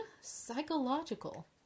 Psychological